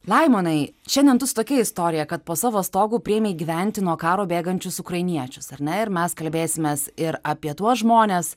laimonai šiandien tu su tokia istorija kad po savo stogu priėmei gyventi nuo karo bėgančius ukrainiečius ar ne ir mes kalbėsimės ir apie tuos žmones